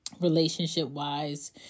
relationship-wise